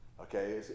Okay